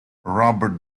robert